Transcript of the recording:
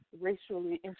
racially